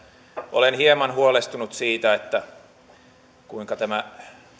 olen hieman huolestunut siitä kuinka